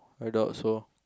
I doubt so